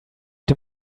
dem